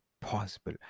possible